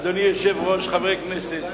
אדוני היושב-ראש, חברי הכנסת,